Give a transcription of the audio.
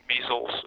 measles